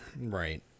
Right